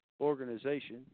organization